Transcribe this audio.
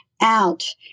out